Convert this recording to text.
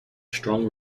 strong